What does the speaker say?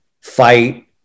fight